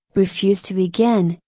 refuse to begin,